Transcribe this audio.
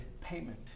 payment